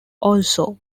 also